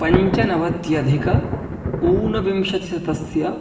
पञ्चनवत्यधिक ऊनविंशतिशतस्य